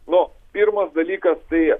nu pirmas dalykas tai